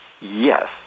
yes